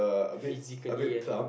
physically annual